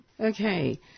Okay